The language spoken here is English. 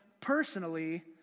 personally